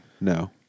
No